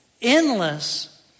endless